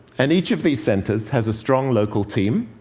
and each of these centers has a strong local team,